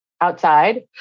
outside